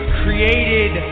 created